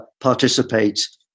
participate